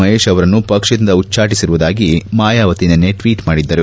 ಮಹೇಶ್ ಅವರನ್ನು ಪಕ್ಷದಿಂದ ಉಚ್ಚಾಟಿಸಿರುವುದಾಗಿ ಮಾಯಾವತಿ ನಿನ್ನೆ ಟ್ಟಟ್ ಮಾಡಿದ್ದರು